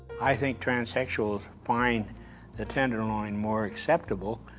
i think transsexuals find the tenderloin more acceptable,